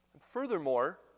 Furthermore